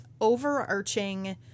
overarching